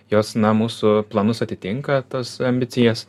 jos na mūsų planus atitinka tas ambicijas